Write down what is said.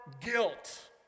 guilt